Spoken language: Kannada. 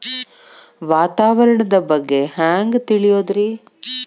ವಾತಾವರಣದ ಬಗ್ಗೆ ಹ್ಯಾಂಗ್ ತಿಳಿಯೋದ್ರಿ?